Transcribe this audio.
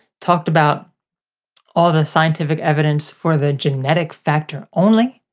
talked about all the scientific evidence for the genetic factor only,